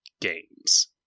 Games